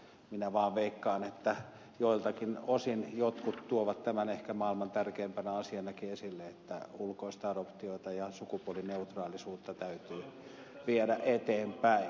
minä vaan veikkaan että joiltakin osin jotkut tuovat tämän ehkä maailman tärkeimpänä asianakin esille että ulkoista adoptiota ja sukupuolineutraalisuutta täytyy viedä eteenpäin